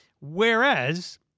Whereas